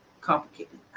complicated